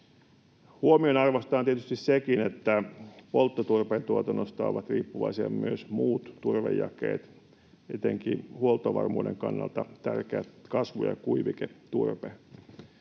Huomionarvoista on tietysti sekin, että polttoturpeen tuotannosta ovat riippuvaisia myös muut turvejakeet, etenkin huoltovarmuuden kannalta tärkeät kasvu‑ ja kuiviketurve.